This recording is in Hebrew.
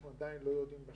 אנחנו עדיין לא יודעים על